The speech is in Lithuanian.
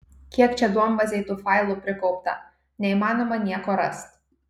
kiek čia duombazėj tų failų prikaupta neįmanoma nieko rast